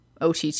OTT